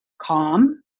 calm